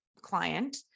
client